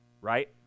right